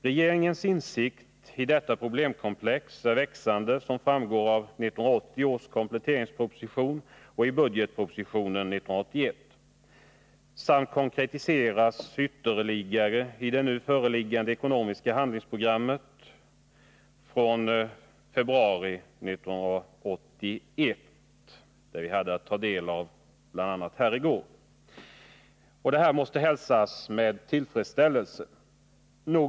Regeringens insikt i detta problemkomplex är växande som framgår av 1980 års kompletteringsproposition och i budgetpropositionen 1981 samt konkretiseras ytterligare i det nu föreliggande ekonomiska handlingsprogrammet från februari 1981, som vi hade att ta del av bl.a. här i går. Detta måste hälsas med tillfredsställelse.